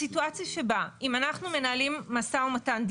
הסיטואציה שבה אם אנחנו מנהלים משא ומתן,